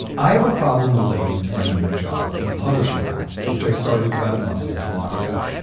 i have a problem relating to my new job in a publishing house, which i started about a month into lockdown.